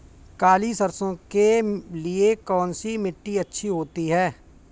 काली सरसो के लिए कौन सी मिट्टी अच्छी होती है?